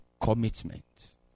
commitment